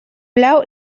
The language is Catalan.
blau